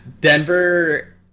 Denver –